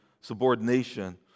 subordination